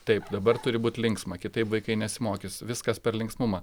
taip dabar turi būt linksma kitaip vaikai nesimokys viskas per linksmumą